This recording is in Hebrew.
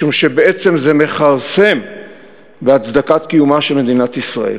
משום שבעצם זה מכרסם בהצדקת קיומה של מדינת ישראל,